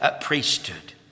priesthood